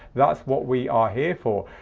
that's what we are here for.